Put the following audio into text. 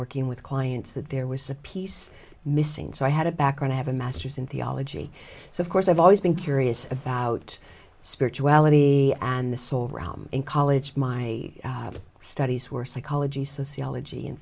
working with clients that there was a piece missing so i had a background i have a master's in theology so of course i've always been curious about spirituality and the saw in college my studies were psychology sociology and